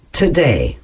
today